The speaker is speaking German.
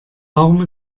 warum